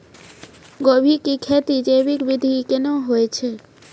गोभी की खेती जैविक विधि केना हुए छ?